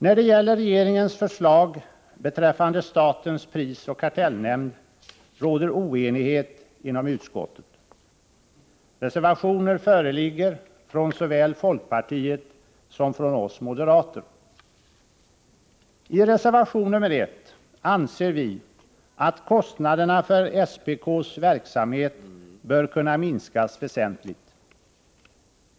När det gäller regeringens förslag beträffande statens prisoch kartellnämnd råder oenighet inom utskottet. Reservationer föreligger såväl från folkpartiet som från oss moderater. I reservation nr 1 anser vi att kostnaderna för SPK:s verksamhet bör kunna minskas väsentligt.